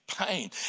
pain